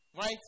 right